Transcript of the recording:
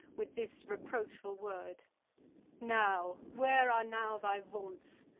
with this reproachful word now where are now thy vaunts,